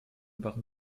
waren